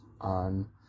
on